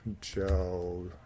Joe